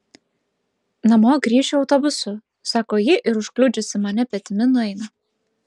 namo grįšiu autobusu sako ji ir užkliudžiusi mane petimi nueina